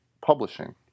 publishing